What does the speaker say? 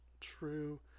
true